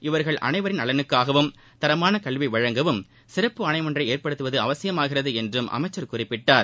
இவர்களின் அனைவரின் நலனுக்காகவும் தரமான கல்வி வழங்கவும் சிறப்பு ஆணையம் ஒன்றை ஏற்படுத்துவது அவசியமாகிறது என்றும் அமைச்சர் குறிப்பிட்டார்